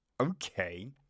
okay